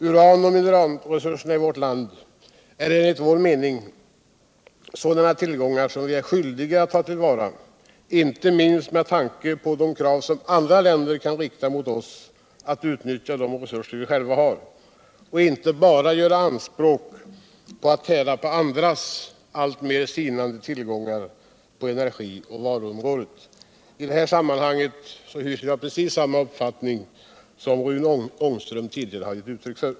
Uran och mineralresurserna i vårt land är enligt vår mening sådana tillgångar som vi är skyldiga att tillvarata inte minst med tanke på andra länders krav på oss att nyttja de resurser vi själva har och inte bara göra anspråk på att få tära på andras alltmer sinande tillgångar på energins och råvarornas område. Jag har i det här sammanhanget precis samma uppfattning som Rune Ångström tidigare gett uttryck för.